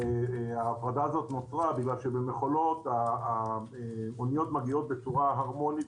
ההפרדה הזאת נוצרה בגלל שבמכולות האוניות מגיעות בצורה הרמונית,